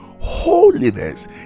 holiness